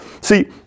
See